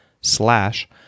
slash